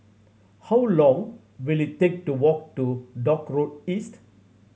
how long will it take to walk to Dock Road East